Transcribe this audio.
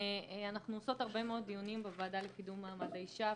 עושות הרבה מאוד דיונים בוועדה לקידום מעמד האישה,